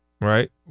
Right